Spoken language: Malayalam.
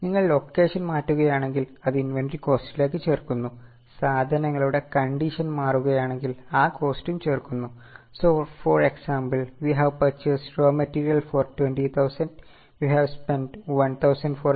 നിങ്ങൾ ലോക്കേഷൻ മാറ്റുകയാണെങ്കിൽ അത് ഇന്വെന്ററി കോസ്റ്റിലേക്ക് ചേർക്കുന്നു സാധനങ്ങളുടെ കണ്ടീഷൻ മാറുകയാണെങ്കിൽ ആ കോസ്റ്റും ചേർക്കുന്നു So for example we have purchased raw material for 20000 we have spent 1000 for the carriage